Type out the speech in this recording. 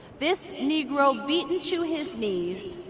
this negro beaten to his knees,